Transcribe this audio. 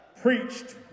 preached